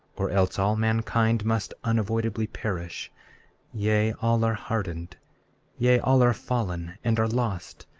or else all mankind must unavoidably perish yea, all are hardened yea, all are fallen and are lost,